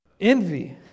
Envy